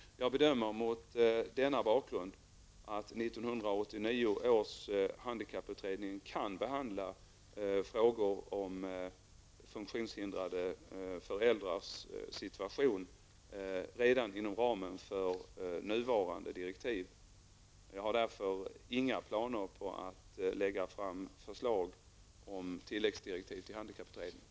Jag bedömer mot denna bakgrund att 1989 års handikapputredning kan behandla frågor om funktionshindrade föräldrars situation redan inom ramen för de nuvarande direktiven. Jag har därför inga planer på att lägga fram förslag om tilläggsdirektiv till handikapputredningen.